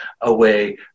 away